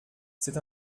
c’est